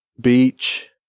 beach